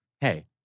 Hey